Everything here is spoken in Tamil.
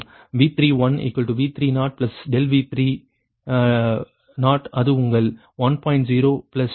01332 மற்றும் V3V3∆V3அது உங்கள் 1